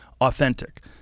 Authentic